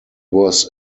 was